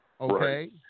Okay